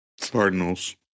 Cardinals